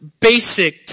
basic